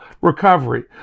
recovery